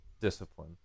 discipline